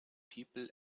people